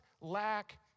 lack